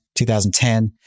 2010